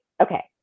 Okay